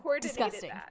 disgusting